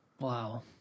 Wow